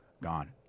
gone